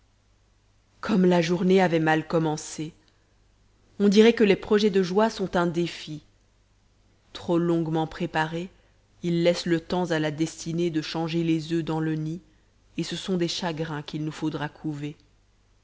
comme la journée avait mal commencé on dirait que les projets de joie sont un défi trop longuement préparés ils laissent le temps à la destinée de changer les oeufs dans le nid et ce sont des chagrins qu'il nous faudra couver